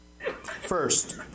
First